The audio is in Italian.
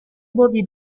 bordi